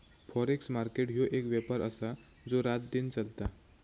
forex market ह्यो एक व्यापार आसा जो रातदिन चलता